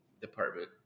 department